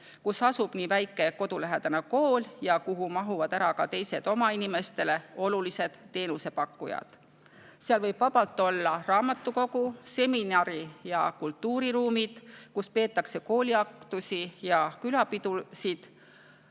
kus asub väike kodulähedane kool ja kuhu mahuvad ära ka teised oma inimestele olulised teenusepakkujad. Seal võiks vabalt olla raamatukogu, seminari- ja kultuuriruumid, kus peetakse kooliaktusi ja külapidusid,